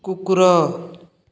କୁକୁର